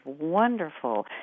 wonderful